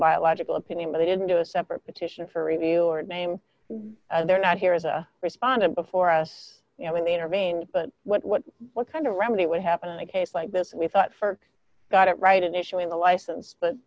biological opinion but they didn't do a separate petition for review or name and they're not here as a respondent before us you know when they intervene but what what what kind of remedy would happen in a case like this we thought for got it right initially in the license but